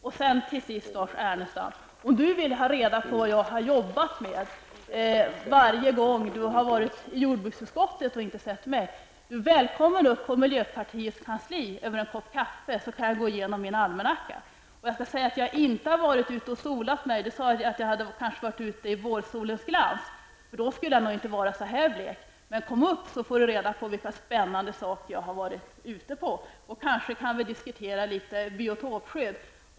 Om Lars Ernestam vill ha reda på vad jag har jobbat med varje gång Lars Ernestam har varit i jordbruksutskottet utan att se mig är han välkommen upp på miljöpartiets kansli så kan jag, över en kopp kaffe, gå igenom min almanacka. Jag har inte varit ute och solat. Lars Ernestam sade att jag kanske hade varit ute i vårsolens glans, men då skulle jag nog inte vara så här blek. Men om Lars Ernestam kommer upp på kansliet skall han få veta vilka spännande saker jag har varit med om. Då kanske vi kan diskutera litet biotopskydd.